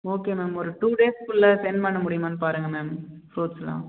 okay ma'am ஒரு two டேஸுக்குள்ளே sent பண்ண முடியுமான்னு பாருங்கள் மேம் ஃப்ரூட்ஸ் எல்லாம்